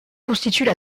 constituent